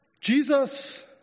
Jesus